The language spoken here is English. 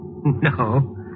No